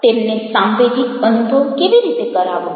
તેમને સાંવેગિક અનુભવ કેવી રીતે કરાવવો